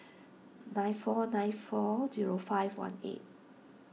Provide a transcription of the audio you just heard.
nine four nine four zero five one eight